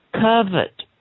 covet